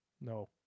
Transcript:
No